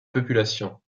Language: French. population